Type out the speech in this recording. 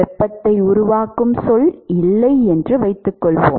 வெப்பத்தை உருவாக்கும் சொல் இல்லை என்று வைத்துக்கொள்வோம்